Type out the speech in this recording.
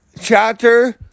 chapter